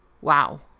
Wow